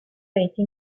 reti